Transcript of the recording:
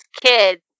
kids